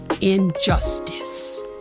injustice